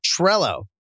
Trello